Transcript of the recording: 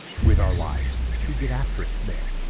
with our lives to get after it more